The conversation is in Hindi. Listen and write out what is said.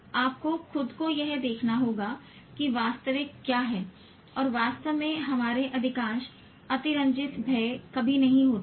आपको खुद को यह देखना होगा कि वास्तविक क्या है और वास्तव में हमारे अधिकांश अतिरंजित भय कभी नहीं होते हैं